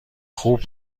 خوب